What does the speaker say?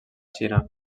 xina